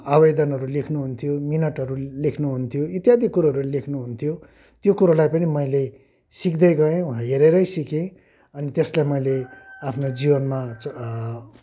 आवेदनहरू लेख्नुहुन्थ्यो मिनटहरू लेख्नुहुन्थ्यो इत्यादि कुरोहरू लेख्नुहुन्थ्यो त्यो कुरोलाई पनि मैले सिक्दै गएँ हेरेरै सिकेँ अनि त्यसलाई मैले आफ्नो जीवनमा